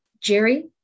Jerry